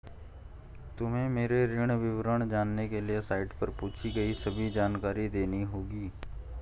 तुम्हें मेरे ऋण विवरण जानने के लिए साइट पर पूछी गई सभी जानकारी देनी होगी